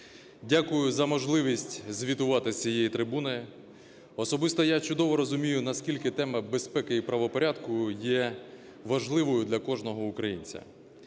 Дякую за можливість звітувати з цієї трибуни. Особисто я чудово розумію наскільки тема безпеки і правопорядку є важливою для кожного українця.